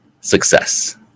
success